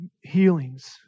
healings